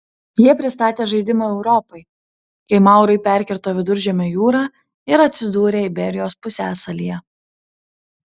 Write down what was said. jie pristatė žaidimą europai kai maurai perkirto viduržemio jūrą ir atsidūrė iberijos pusiasalyje